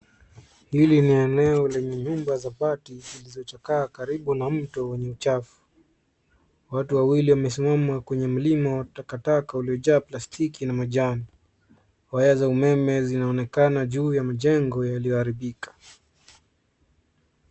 Hili ni eneo lenye nyumba za bati zilizochakaa karibu na mto wenye chafu. Watu wawili wamesimama kwenye mlima wa takataka uliojaa plastiki na majani. Waya za umeme zinaonekana juu ya majengo yaliyoharibika.